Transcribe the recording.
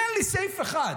תן לי סעיף אחד.